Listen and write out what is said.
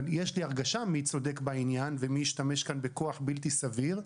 יש לי הרגשה מי צודק בעניין ומי השתמש כאן בכוח בלתי סביר.